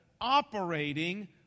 operating